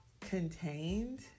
contained